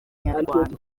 nyarwanda